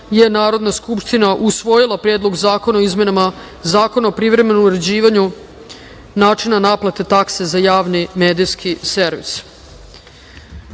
je Narodna skupština usvojila Predlog zakona o izmenama Zakona o privremenom uređivanju načina naplate takse za javni medijski